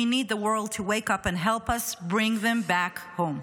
We need the world to wake up and help us bring them back home.